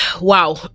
wow